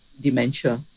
dementia